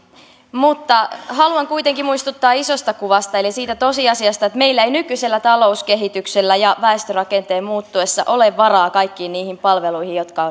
mutta haluan kuitenkin muistuttaa isosta kuvasta eli siitä tosiasiasta että meillä ei nykyisellä talouskehityksellä ja väestörakenteen muuttuessa ole varaa kaikkiin niihin palveluihin jotka